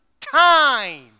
time